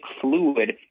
fluid